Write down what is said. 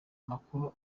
amakuru